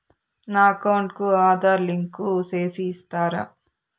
నా అకౌంట్ కు ఆధార్ లింకు సేసి ఇస్తారా?